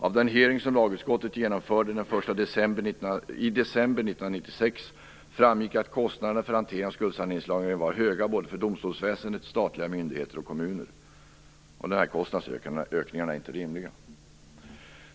Av den hearing som lagutskottet genomförde i december 1996 framgick att kostnaderna för hantering av skuldsaneringslagen var höga såväl för domstolsväsendet som för statliga myndigheter och kommuner. Dessa kostnadsökningar är inte rimliga.